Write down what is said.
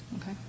Okay